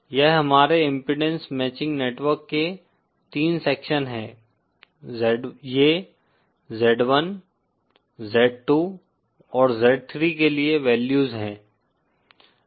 यह हमारे impedance matching network के तीन सेक्शन हैं ये Z1 Z2 और Z3 के लिए वैल्यूज हैं